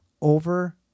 over